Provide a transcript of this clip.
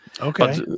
Okay